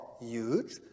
huge